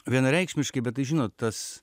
vienareikšmiškai bet tai žinot tas